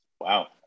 Wow